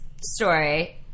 story